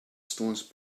stones